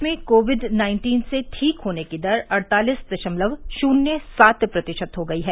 देश में COVID nineteen से ठीक होने की दर अड़तालीस दशमलव शून्य सात प्रतिशत हो गई है